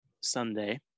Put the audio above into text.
Sunday